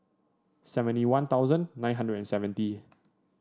seventy One Thousand nine hundred and seventy